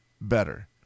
better